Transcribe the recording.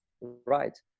right